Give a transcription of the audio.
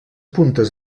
puntes